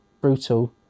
brutal